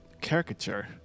caricature